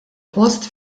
post